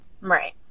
Right